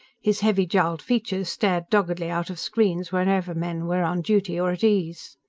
his heavy-jowled features stared doggedly out of screens wherever men were on duty or at ease.